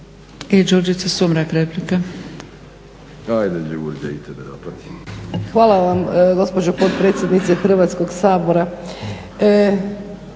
Hvala vam gospođo potpredsjednice Hrvatskog sabora.